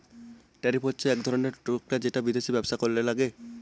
tariff হচ্ছে এক ধরনের টাকা যেটা বিদেশে ব্যবসা করলে লাগে